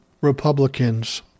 Republicans